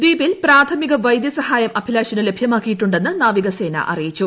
ദ്വീപിൽ പ്രാഥമിക വൈദ്യസഹായം അഭിലാഷിന് ലഭ്യമാക്കിയിട്ടുണ്ടെന്ന് നാവികസേന അറിയിച്ചു